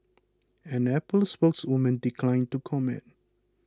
an Apple spokeswoman declined to comment